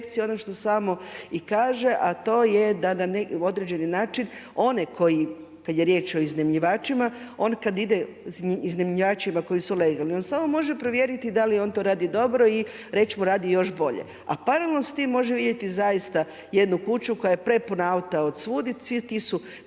ono što i samo kaže, a to je da na određeni način one koji kada je riječ o iznajmljivačima on kad iznajmljivačima koji su legalni on samo može provjeriti da li on to radi dobro i reć mu radi još bolje. A paralelno s tim može vidjeti jednu kuću koja je prepuna auta od svuda